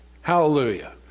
Hallelujah